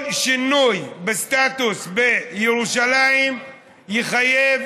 כל שינוי בסטטוס בירושלים יחייב